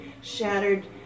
shattered